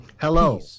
Hello